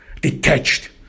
detached